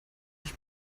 ich